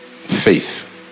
Faith